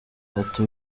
ati